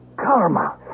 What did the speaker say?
Karma